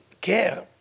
Care